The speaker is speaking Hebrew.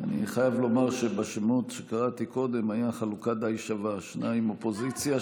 אני חייב לומר שבשמות שקראתי קודם החלוקה הייתה שווה: שניים אופוזיציה,